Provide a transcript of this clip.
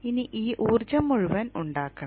ഇനി ഈ ഊർജ്ജം മുഴുവനും ഉണ്ടാക്കണം